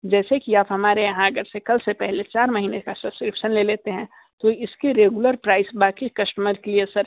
जैसे की आप हमारे यहाँ अगर से कल से पहले चार महीने का सब्सक्रिप्शन ले लेते हैं तो इसके लिए प्राइज़ बाकी कस्टमर के लिए सर